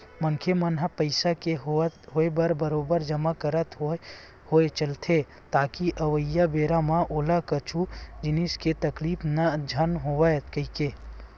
मनखे मन ह पइसा के होय म बरोबर जमा करत होय चलथे ताकि अवइया बेरा म ओला कुछु जिनिस के तकलीफ झन होवय कहिके